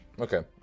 Okay